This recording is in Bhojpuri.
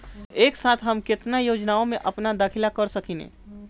एक साथ हम केतना योजनाओ में अपना दाखिला कर सकेनी?